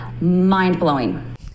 mind-blowing